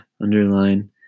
underline